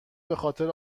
بخاطر